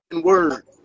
word